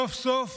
סוף-סוף